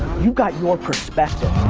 you've got your perspective.